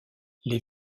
les